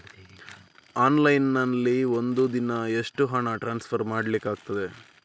Online ನಲ್ಲಿ ಒಂದು ದಿನ ಎಷ್ಟು ಹಣ ಟ್ರಾನ್ಸ್ಫರ್ ಮಾಡ್ಲಿಕ್ಕಾಗ್ತದೆ?